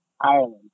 Ireland